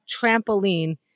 trampoline